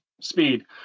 speed